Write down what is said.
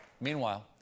Meanwhile